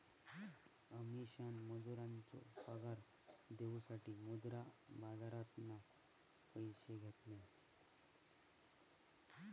अमीषान मजुरांचो पगार देऊसाठी मुद्रा बाजारातना पैशे घेतल्यान